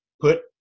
put